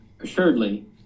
assuredly